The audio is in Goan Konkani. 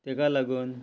ताका लागून